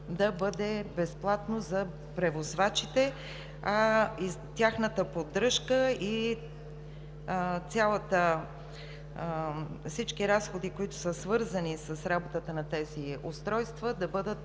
да бъде безплатно за превозвачите, а тяхната поддръжка и всички разходи, които са свързани с работата на тези устройства, да бъдат